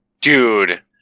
Dude